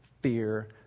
fear